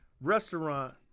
restaurant